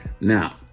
now